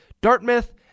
Dartmouth